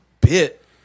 bit